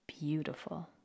beautiful